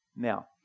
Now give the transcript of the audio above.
Now